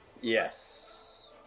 Yes